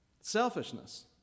selfishness